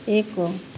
ଏକ